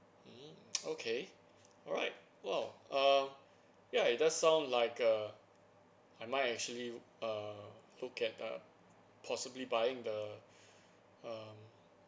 mm okay alright !wow! err ya it does sound like a I might actually err look at uh possibly buying the um